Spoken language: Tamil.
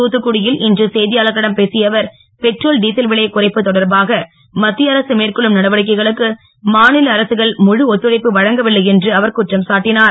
தூத்துக்குடி யில் இன்று செய்தியாளர்களிடம் பேசிய அவர் பெட்ரோல் டீசல் விலை குறைப்பு தொடர்பாக மத்திய அரசு மேற்கொள்ளும் நடவடிக்கைகளுக்கு மாநில அரசுகள் முழு ஒத்துழைப்பு வழங்கவில்லை என்று அவர் குற்றம் சாட்டினுர்